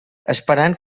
esperant